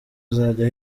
azajya